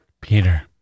Peter